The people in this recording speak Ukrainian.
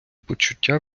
почуття